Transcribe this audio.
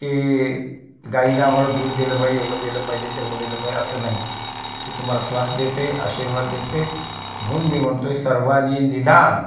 की गाईनं आम्हाला दूध दिलं पाहिजे एवढं दिलं पाहिजे तेवढं दिलं पाहिजे असं नाही ते तुम्हाला स्वास्थ्य देते आशीर्वाद देते म्हणून मी म्हणतो आहे सर्वानी निदान